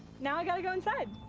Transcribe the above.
now i gotta go inside.